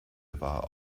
war